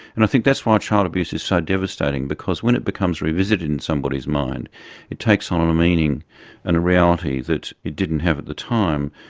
and i think that's why child abuse is so devastating, because when it becomes revisited in somebody's mind it takes on a meaning and a reality that it didn't have at the time.